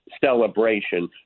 celebration